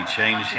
change